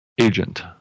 agent